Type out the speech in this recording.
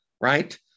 right